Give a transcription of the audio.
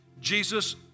Jesus